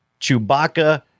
Chewbacca